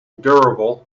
durable